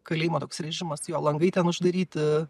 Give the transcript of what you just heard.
kalėjimo toks režimas jo langai ten uždaryti